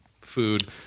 food